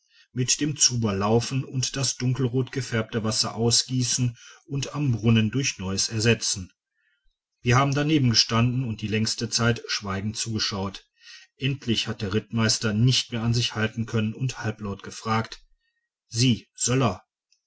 mit dem zuber laufen und das dunkelrot gefärbte wasser ausgießen und am brunnen durch neues ersetzen wir haben daneben gestanden und die längste zeit schweigend zugeschaut endlich hat der rittmeister nicht mehr an sich halten können und halblaut gefragt sie söller